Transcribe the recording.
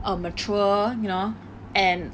err mature you know and